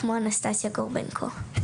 כמו אנסטסיה גורבנקו.